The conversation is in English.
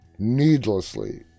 needlessly